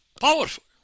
Powerful